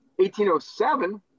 1807